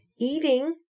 eating